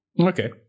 okay